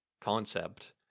concept